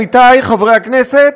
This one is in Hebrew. עמיתי חברי הכנסת,